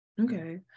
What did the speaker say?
Okay